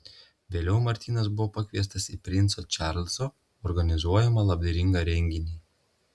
vėliau martynas buvo pakviestas į princo čarlzo organizuojamą labdaringą renginį